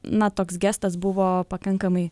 na toks gestas buvo pakankamai